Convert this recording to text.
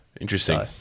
Interesting